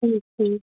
ٹھیٖک ٹھیٖک